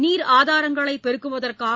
நீர் ஆதாரங்களை பெருக்குவதற்காக